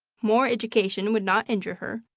more education would not injure her,